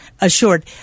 assured